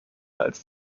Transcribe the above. als